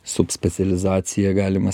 sub specializaciją galima